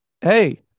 Hey